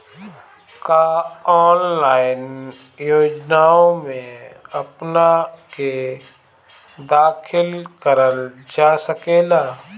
का ऑनलाइन योजनाओ में अपना के दाखिल करल जा सकेला?